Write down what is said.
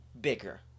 bigger